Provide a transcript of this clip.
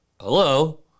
Hello